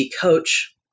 coach